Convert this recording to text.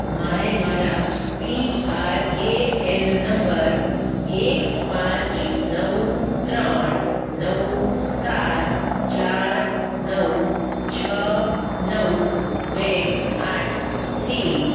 મારે મારા P R A N number એક પાંચ નવ ત્રણ નવ સાત ચાર નવ છ નવ બે આઠ થી